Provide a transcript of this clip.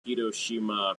hiroshima